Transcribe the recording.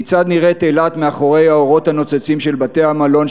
כיצד נראית אילת מאחורי האורות הנוצצים של בתי-המלון,